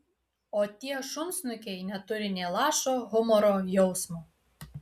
o tie šunsnukiai neturi nė lašo humoro jausmo